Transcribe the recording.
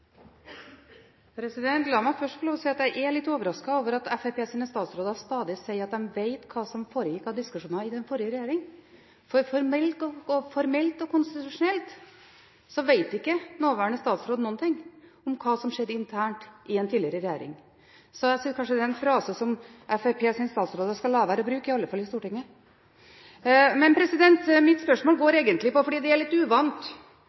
La meg først få lov til å si at jeg er litt overrasket over at Fremskrittspartiets statsråder stadig sier at de vet hva som foregikk av diskusjoner i den forrige regjeringen. For formelt og konstitusjonelt vet ikke nåværende statsråd noen ting om hva som har skjedd internt i en tidligere regjering, så jeg synes kanskje det er en frase som Fremskrittspartiets statsråder skal la være å bruke, iallfall i Stortinget. Det er litt uvant at matministeren er